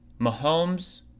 Mahomes